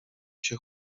się